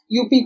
UP